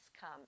come